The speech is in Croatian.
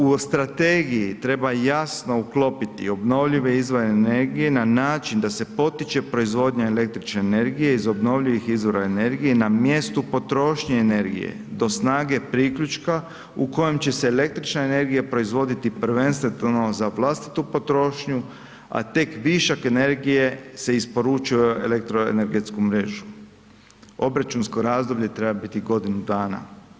U strategiji treba jasno uklopiti obnovljive izvore energije na način da se potiče proizvodnja električne energije iz obnovljivih izvora energije na mjestu potrošnje energije do snage priključka u kojem će se električna energija proizvoditi prvenstveno za vlastitu potrošnju, a tek višak energije se isporučuje u elektroenergetsku mrežu, obračunsko razdoblje treba biti godinu dana.